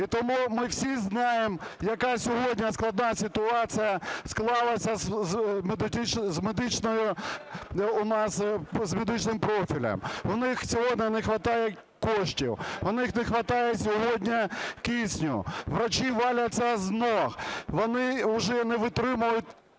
І тому ми всі знаємо, яка сьогодні складна ситуація склалася з медичним профілем. У них сьогодні не хватає коштів, у них не хватає сьогодні кисню, лікарі валяться з ніг, вони уже не витримують